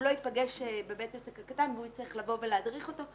והוא לא ייפגש בבית עסק קטן שהוא יצטרך לבוא ולהדריך אותו,